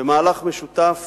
במהלך משותף